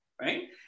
right